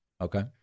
Okay